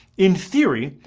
in theory,